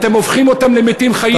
אתם הופכים אותם למתים חיים.